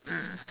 mm